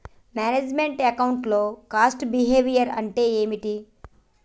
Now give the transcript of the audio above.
Manage meant account లో cost behaviour అంటే ఏమిటి?